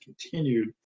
continued